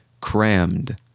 Crammed